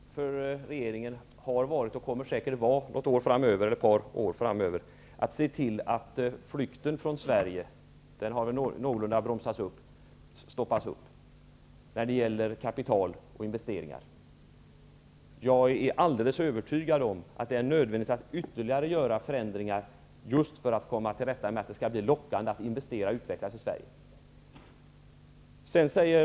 Herr talman! Det primära för regeringen har varit, och kommer säkert att vara det ett par år framöver, att se till att flykten från Sverige när det gäller kapital och investeringar bromsas upp. Jag är alldeles övertygad om att det är nödvändigt att göra ytterligare förändringar för att göra det lockande att investera och utvecklas i Sverige.